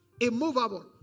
immovable